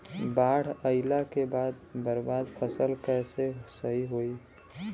बाढ़ आइला के बाद बर्बाद फसल कैसे सही होयी?